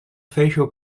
facial